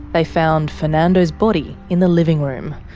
they found fernando's body in the living room.